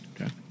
Okay